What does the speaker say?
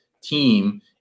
team